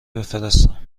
بفرستم